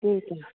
हुन्छ